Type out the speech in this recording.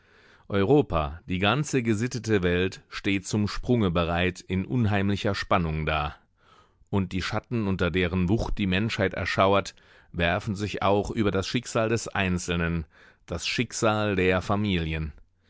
europa die ganze gesittete welt steht zum sprunge bereit in unheimlicher spannung da und die schatten unter deren wucht die menschheit erschauert werfen sich auch über das schicksal des einzelnen das schicksal der familien